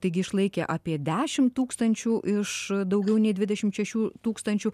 taigi išlaikė apie dešimt tūkstančių iš daugiau nei dvidešimt šešių tūkstančių